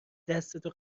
دستتو